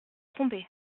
trompé